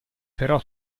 però